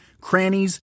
crannies